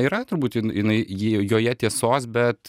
yra turbūt jin jinai ji joje tiesos bet